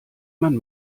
man